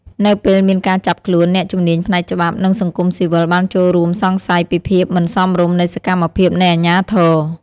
នៅពេលមានការចាប់ខ្លួន អ្នកជំនាញផ្នែកច្បាប់ និងសង្គមស៊ីវិលបានចូលរួមសង្ស័យពីភាពមិនសមរម្យនៃសកម្មភាពនៃអាជ្ញាធរ។